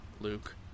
Luke